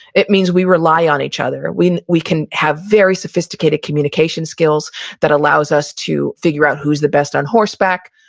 it means we rely on each other. we we can have very sophisticated communication skills that allows us to figure out who's the best on horseback,